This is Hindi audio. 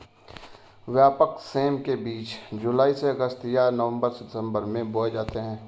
व्यापक सेम के बीज जुलाई से अगस्त या नवंबर से दिसंबर में बोए जाते हैं